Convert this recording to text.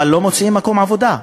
אבל לא מוצאים מקום עבודה.